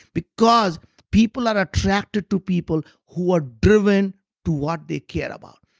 because people are attracted to people who are driven to what they care about.